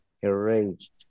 erased